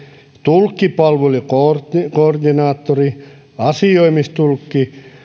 tulkkipalvelukoordinaattori asioimistulkki